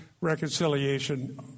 reconciliation